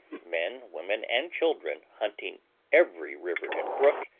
men, women, and children, hunting every river and brook,